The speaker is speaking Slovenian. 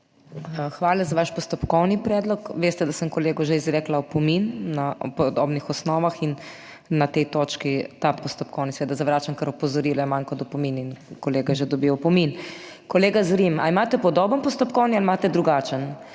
Hvala za vaš postopkovni predlog. Veste, da sem kolegu že izrekla opomin na podobnih osnovah in na tej točki ta postopkovni seveda zavračam, ker opozorila manj kot opomin in kolega je že dobil opomin. Kolega Zrim, ali imate podoben postopkovni ali imate drugačen,